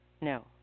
No